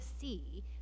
see